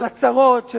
הצהרות, נא לסיים.